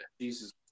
Jesus